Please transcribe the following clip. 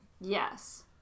Yes